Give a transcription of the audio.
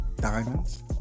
diamonds